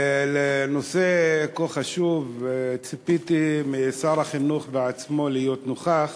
לנושא כה חשוב ציפיתי משר החינוך בעצמו להיות נוכח,